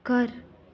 घरु